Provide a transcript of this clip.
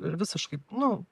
ir visiškai nu